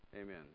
Amen